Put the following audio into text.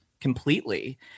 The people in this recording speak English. completely